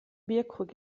bierkrug